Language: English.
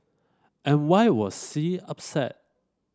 and why was C upset